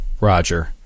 Roger